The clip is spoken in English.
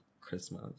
Christmas